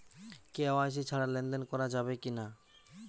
KYC ছাড়া লেনদেন করা যাবে কিনা?